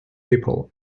people